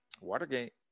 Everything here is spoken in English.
Watergate